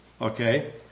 okay